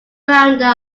founder